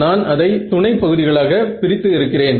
நான் அதை துணை பகுதிகளாக பிரித்து இருக்கிறேன்